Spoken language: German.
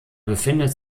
befindet